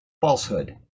falsehood